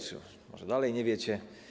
Czy może dalej nie wiecie?